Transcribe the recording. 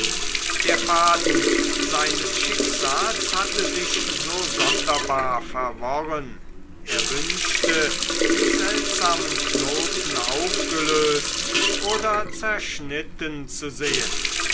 der faden seines schicksals hatte sich so sonderbar verworren er wünschte die seltsamen knoten aufgelöst oder zerschnitten zu sehen